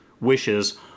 wishes